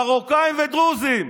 מרוקאים ודרוזים.